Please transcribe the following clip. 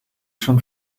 schon